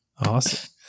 Awesome